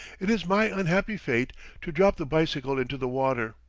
it is my unhappy fate to drop the bicycle into the water,